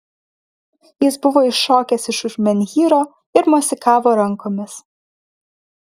jis buvo iššokęs iš už menhyro ir mosikavo rankomis